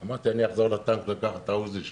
אמרתי: אחזור לטנק לקחת את העוזי,